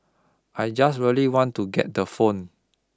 I just really want to get the phone